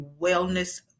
Wellness